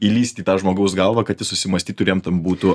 įlįsti į tą žmogaus galvą kad jis susimąstytų ir jam ten būtų